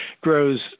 grows